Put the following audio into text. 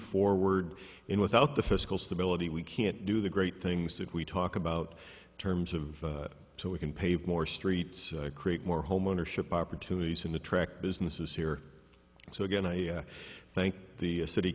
forward in without the fiscal stability we can't do the great things that we talk about terms of so we can pave more streets create more homeownership opportunities in the track businesses here so again i thank the city